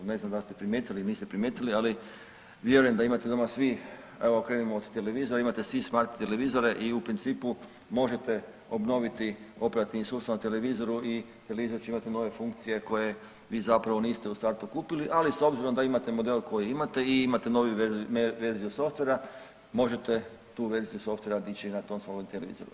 Ne znam da li ste primijetili ili niste primijetili, ali vjerujem da imate doma svi evo krenimo od televizora, imate svi smart televizore i u principu možete obnoviti operativni sustav na televizoru i televizor će imati nove funkcije koje vi niste u startu kupili, ali s obzirom da imate model koji imate i imate novu verziju softvera možete tu verziju softvera dići na tom svom televizoru.